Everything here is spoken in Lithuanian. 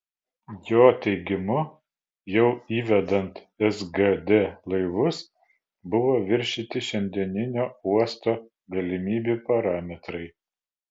jo teigimu jau įvedant sgd laivus buvo viršyti šiandieninio uosto galimybių parametrai